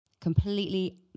completely